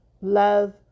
love